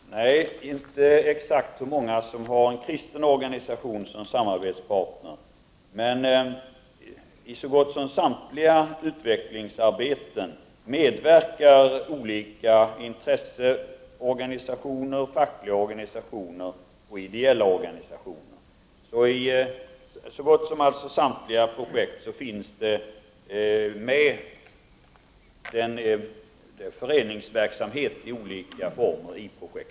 Fru talman! Nej, inte exakt hur många som har en kristen organisation som samarbetspartner. Men i så gott som samtliga utvecklingsarbeten medverkar olika intresseorganisationer, fackliga organisationer och ideella organisationer. I så gott som samtliga projekt finns alltså föreningsverksamhet i olika former med.